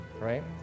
right